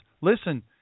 listen